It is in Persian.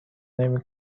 نمی